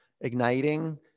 Igniting